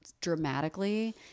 dramatically